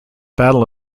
battle